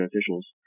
officials